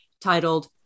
titled